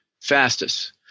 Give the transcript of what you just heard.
fastest